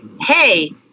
Hey